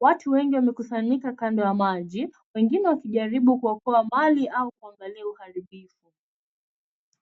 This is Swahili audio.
Watu kadhaa wamekusanyika kando ya maji wengine wakijaribu kuokoa mali au kuangalia uharibifu.